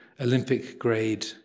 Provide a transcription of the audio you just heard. Olympic-grade